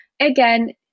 again